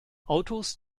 autos